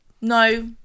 no